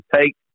take